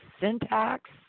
syntax